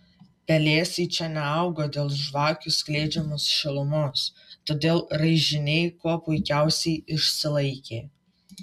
pelėsiai čia neaugo dėl žvakių skleidžiamos šilumos todėl raižiniai kuo puikiausiai išsilaikė